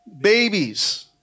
babies